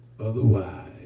otherwise